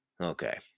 okay